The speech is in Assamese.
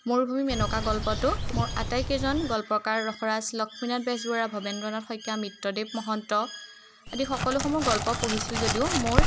মৰুভূমিত মেনকা গল্পটো মোৰ আটাইকেইজন গল্পকাৰ ৰসৰাজ লক্ষ্মীনাথ বেজবৰুৱা ভৱেন্দ্ৰনাথ শইকীয়া মিত্ৰদেৱ মহন্ত আদি সকলোসমূহ গল্প পঢ়িছোঁ যদিও মোৰ